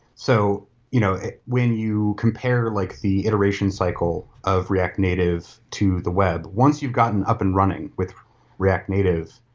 so you know when you compare like the iteration cycle of react native to the web, once you gotten up and running with react native,